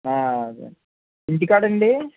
అదేండి ఇంటికాడండి